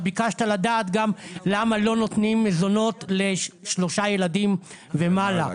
אתה ביקשת לדעת גם למה לא נותנים מזונות לשלושה ילדים ומעלה.